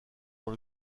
dans